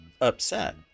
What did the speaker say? upset